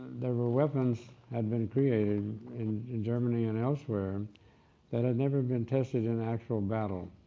there were weapons had been created in in germany and elsewhere that had never been tested in actual battle.